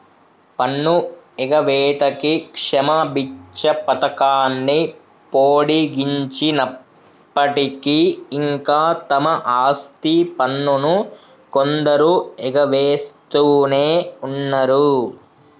పన్ను ఎగవేతకి క్షమబిచ్చ పథకాన్ని పొడిగించినప్పటికీ ఇంకా తమ ఆస్తి పన్నును కొందరు ఎగవేస్తునే ఉన్నరు